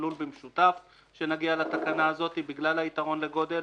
לול במשותף כשנגיע לתקנה הזאת בגלל היתרון לגודל.